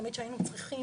תמיד כשהיינו צריכים,